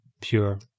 pure